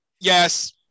Yes